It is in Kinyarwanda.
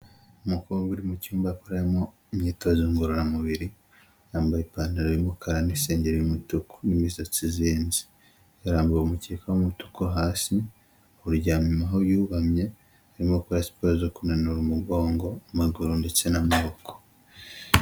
Umukobwa uri mu cyumba akoreramo imyitozo ngororamubiri, yambaye ipantaro y'umukara n'isengeri y'umutuku n'imisatsi izinze, yarambuye umukeka w'umutuku hasi uwuryamaho yubamye arimo arakora siporo zo kunanura umugongo, amaguru ndetse n'amaboko.